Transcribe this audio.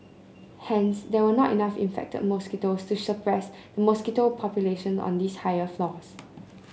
hence there were not enough infected mosquitoes to suppress the mosquito population on these higher floors